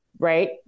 right